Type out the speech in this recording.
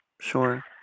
Sure